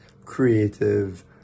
creative